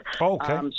Okay